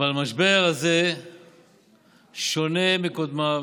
אבל המשבר הזה שונה מקודמיו.